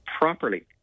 properly